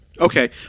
okay